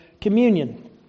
communion